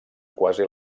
quasi